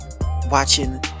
watching